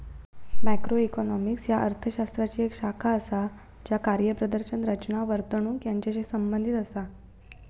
macroeconomics ह्या अर्थ शास्त्राची येक शाखा असा ज्या कार्यप्रदर्शन, रचना, वर्तणूक यांचाशी संबंधित असा